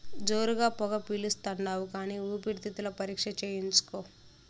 జోరుగా పొగ పిలిస్తాండావు కానీ ఊపిరితిత్తుల పరీక్ష చేయించుకో